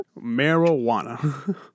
marijuana